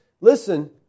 listen